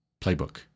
playbook